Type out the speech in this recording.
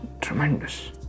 tremendous